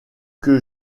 que